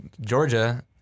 Georgia